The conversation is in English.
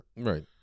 Right